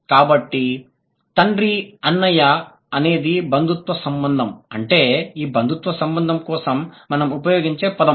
కాబట్టి తండ్రి అన్నయ్య అనేది బంధుత్వ సంబంధం అంటే ఈ బంధుత్వ సంబంధం కోసం మనం ఉపయోగించే పదం